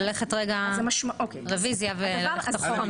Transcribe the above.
רוצה ללכת רגע לרביזיה וללכת אחורנית.